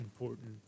important